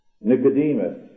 Nicodemus